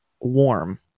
warm